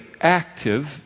active